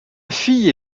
fille